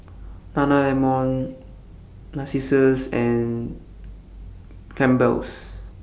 Nana Lemon Narcissus and Campbell's